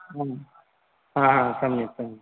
आं हा हा सम्यक् सम्यक्